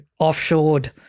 offshored